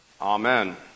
Amen